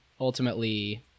ultimately